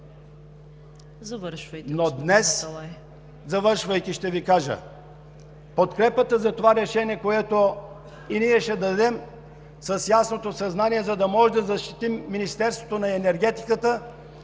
Но днес, завършвайки, ще Ви кажа: подкрепата за това решение, която и ние ще дадем, е с ясното съзнание, за да може да защитим Министерството на енергетиката,